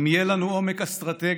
אם יהיה לנו עומק אסטרטגי,